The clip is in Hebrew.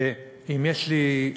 ואם יש לי,